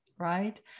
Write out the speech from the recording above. right